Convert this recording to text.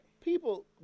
People